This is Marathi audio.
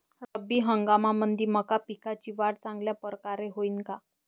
रब्बी हंगामामंदी मका पिकाची वाढ चांगल्या परकारे होईन का?